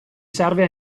serve